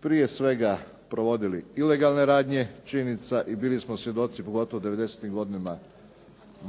prije svega provodili ilegalne radnje činjenica i bili smo svjedoci pogotovo devedesetih godina